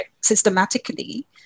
systematically